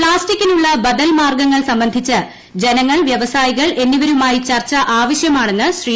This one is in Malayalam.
പ്താസ്റ്റിക്കിനുള്ള ബദൽ മാർഗ്ഗങ്ങൾ സംബന്ധിച്ച് ജനങ്ങൾ വ്യവസായികൾ എന്നിവരുമായി ചർച്ച ആവശ്യമാണെന്ന് ശ്രീ